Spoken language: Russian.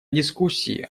дискуссии